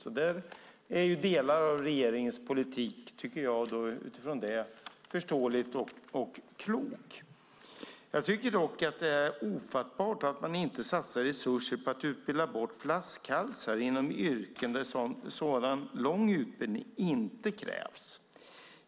Utifrån det tycker jag att delar av regeringens politik är förståelig och klok. Jag tycker dock att det är ofattbart att man inte satsar resurser på att utbilda bort flaskhalsar inom yrken där sådan lång utbildning inte krävs.